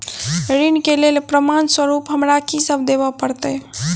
ऋण केँ लेल प्रमाण स्वरूप हमरा की सब देब पड़तय?